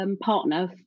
partner